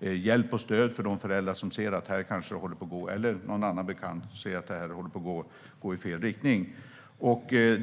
hjälp och stöd för de föräldrar, eller någon bekant, som ser: Här kanske det håller på att gå i fel riktning.